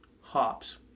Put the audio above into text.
Hops